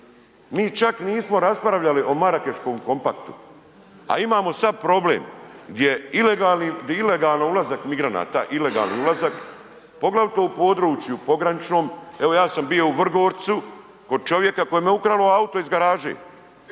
Mi čak nismo raspravljali o Marakeškom kompaktu, a imamo sad problem gdje ilegalnim, gdje ilegalno ulazak migranata, ilegalni ulazak, poglavito u području pograničnom, evo ja sam bio u Vrgorcu kod čovjeku kojem je ukralo auto iz garaže,